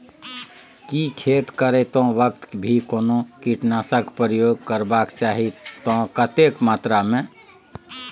की खेत करैतो वक्त भी कोनो कीटनासक प्रयोग करबाक चाही त कतेक मात्रा में?